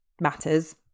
matters